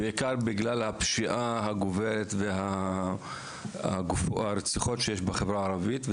ובעיקר בגלל הפשיעה הגוברת והרציחות שיש בחברה הערבית,